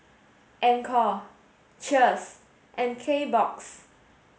Anchor Cheers and Kbox